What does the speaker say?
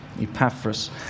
Epaphras